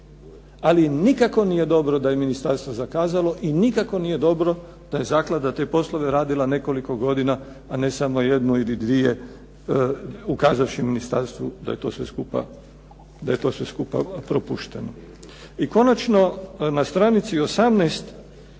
ali nikako nije dobro da je ministarstvo zakazalo i nikako nije dobro da je zaklada te poslove radila nekoliko godina, a ne samo jednu ili dvije ukazavši ministarstvu da je to sve skupa propušteno. I konačno na stranici 18.